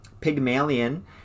Pygmalion